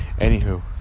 anywho